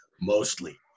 Mostly